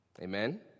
Amen